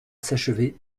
s’achever